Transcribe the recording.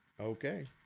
Okay